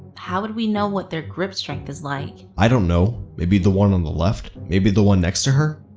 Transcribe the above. how would we know what their grip strength is like? i don't know. maybe the one on the left? maybe the one next to her?